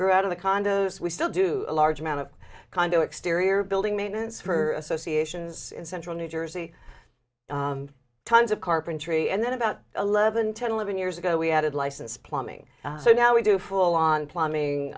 grew out of the condos we still do a large amount of condo exterior building maintenance for associations in central new jersey tons of carpentry and then about eleven ten eleven years ago we had license plumbing so now we do full on plumbing